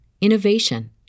innovation